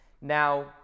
now